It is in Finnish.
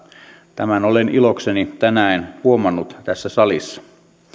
tämän olen ilokseni tänään huomannut tässä salissa